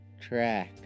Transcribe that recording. track